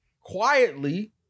quietly